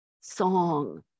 song